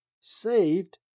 saved